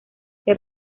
que